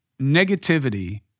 Negativity